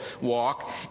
walk